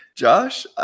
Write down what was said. Josh